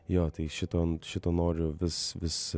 jo tai šito šito noriu vis vis